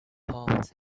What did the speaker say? homes